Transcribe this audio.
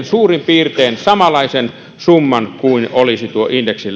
suurin piirtein samanlaisen summan kuin olisi tuo indeksin